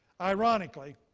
ironically,